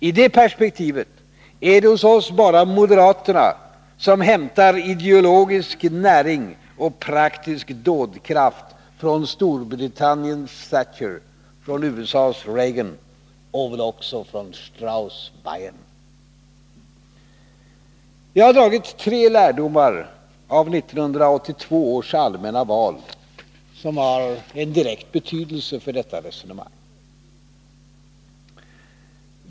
I det perspektivet är det hos oss bara moderaterna som hämtar ideologisk näring och praktisk dådkraft från Storbritanniens Thatcher, från USA:s Reagan och väl också från Strauss Bayern. Jag har dragit tre lärdomar av 1982 års allmänna val som har en direkt betydelse för detta resonemang.